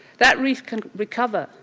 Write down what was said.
that reef can recover,